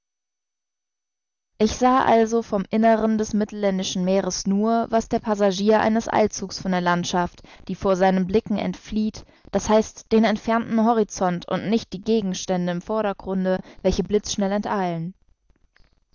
ich sah also vom inneren des mittelländischen meeres nur was der passagier eines eilzugs von der landschaft die vor seinen blicken entflieht d h den entfernten horizont und nicht die gegenstände im vordergrunde welche blitzschnell enteilen